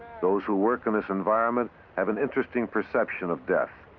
those who work in this environment have an interesting perception of death.